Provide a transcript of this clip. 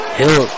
hill